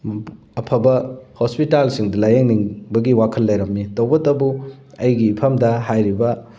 ꯑꯐꯕ ꯍꯣꯁꯄꯤꯇꯥꯜꯁꯤꯡꯗ ꯂꯥꯏꯌꯦꯡꯅꯤꯡꯕꯒꯤ ꯋꯥꯈꯜ ꯂꯩꯔꯝꯃꯤ ꯇꯧꯕꯇꯕꯨ ꯑꯩꯒꯤ ꯏꯐꯝꯗ ꯍꯥꯏꯔꯤꯕ